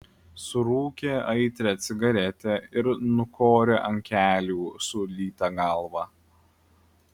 surūkė aitrią cigaretę ir nukorė ant kelių sulytą galvą